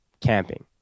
camping